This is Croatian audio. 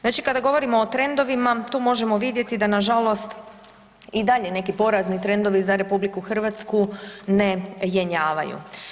Znači kada govorimo o trendovima, tu možemo vidjeti da nažalost i dalje neki porazni trendovi za RH ne jenjavaju.